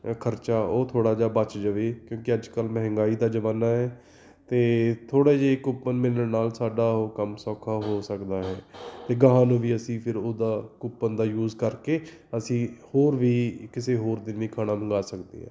ਖਰਚਾ ਉਹ ਥੋੜ੍ਹਾ ਜਿਹਾ ਬਚ ਜਾਵੇ ਕਿਉਂਕਿ ਅੱਜ ਕੱਲ੍ਹ ਮਹਿੰਗਾਈ ਦਾ ਜ਼ਮਾਨਾ ਹੈ ਅਤੇ ਥੋੜ੍ਹੇ ਜਿਹੇ ਕੂਪਨ ਮਿਲਣ ਨਾਲ ਸਾਡਾ ਉਹ ਕੰਮ ਸੌਖਾ ਹੋ ਸਕਦਾ ਹੈ ਅਤੇ ਅਗਾਂਹ ਨੂੰ ਵੀ ਅਸੀਂ ਫਿਰ ਉਹਦਾ ਕੂਪਨ ਦਾ ਯੂਜ਼ ਕਰਕੇ ਅਸੀਂ ਹੋਰ ਵੀ ਕਿਸੇ ਹੋਰ ਦਿਨ ਵੀ ਖਾਣਾ ਮੰਗਾ ਸਕਦੇ ਹਾਂ